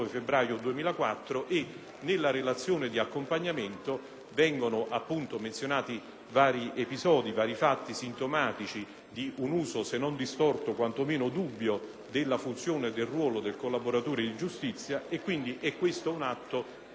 erano stati menzionati vari episodi sintomatici di un uso se non distorto quanto meno dubbio della funzione e del ruolo del collaboratore di giustizia. È pertanto questo un atto tipicamente parlamentare. Quindi, quand'anche si accedesse alla tesi